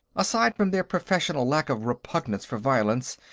aside from their professional lack of repugnance for violence,